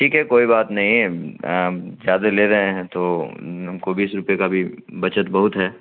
ٹھیک ہے کوئی بات نہیں زیادہ لے رہے ہیں تو ہم کو بیس روپے کا بھی بچت بہت ہے